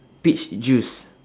peach juice